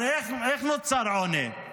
הרי איך נוצר עוני?